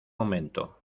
momento